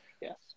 Yes